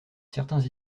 certains